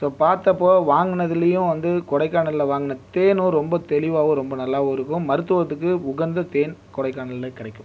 so பார்த்தப்போ வாங்குனதுலேயும் வந்து கொடைக்கானலில் வாங்கின தேனும் ரொம்ப தெளிவாகவும் ரொம்ப நல்லாவும் இருக்கும் மருத்துவத்துக்கு உகந்த தேன் கொடைக்கானலில் கிடைக்கும்